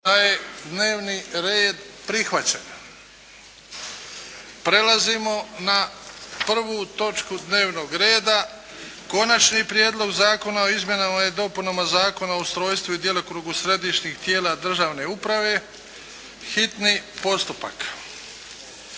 **Bebić, Luka (HDZ)** Prelazimo na 1. točku dnevnog reda – 1. Prijedlog Zakona o izmjenama i dopunama Zakona o ustrojstvu i djelokrugu središnjih tijela državne uprave, hitni postupak